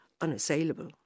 unassailable